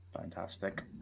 Fantastic